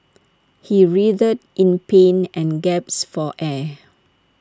he writhed in pain and gasped for air